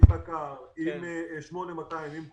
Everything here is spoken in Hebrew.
עם פקע"ר, עם "8200", עם כולם.